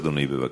אדוני, בבקשה.